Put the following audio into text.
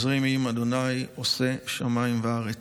עזרי מעם ה', עשה שמים וארץ.